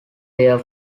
their